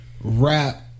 rap